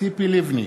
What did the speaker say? ציפי לבני,